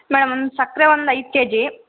madam ಒಂದು ಸಕ್ಕರೆ ಒಂದು ಐದು ಕೆಜಿ